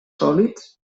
sòlids